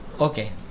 okay